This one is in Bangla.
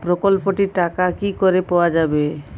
প্রকল্পটি র টাকা কি করে পাওয়া যাবে?